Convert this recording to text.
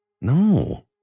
No